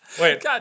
wait